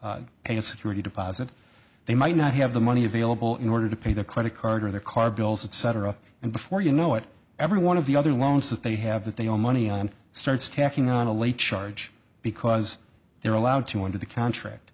pay a security deposit they might not have the money available in order to pay their credit card or their card bills etc and before you know it every one of the other loans that they have that they owe money on starts tacking on a late charge because they're allowed to under the contract